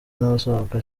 n’abasohoka